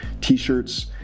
t-shirts